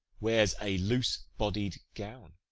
wears a loose-bodied gown